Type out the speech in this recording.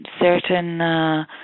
certain